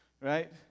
Right